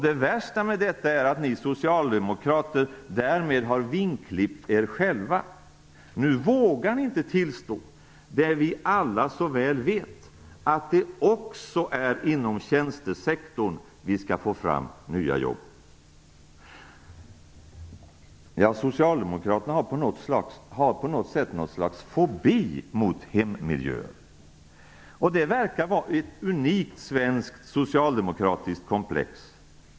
Det värsta med detta är att ni socialdemokrater därmed har vingklippt er själva. Nu vågar ni inte tillstå det vi alla så väl vet, att det är även inom tjänstesektorn vi skall få fram nya jobb. Socialdemokraterna har något slags fobi mot hemmiljön, och det verkar vara ett unikt svenskt socialdemokratiskt komplex.